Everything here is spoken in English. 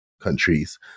countries